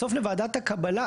בסוף לוועדת הקבלה,